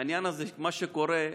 בעניין הזה, מה שקורה,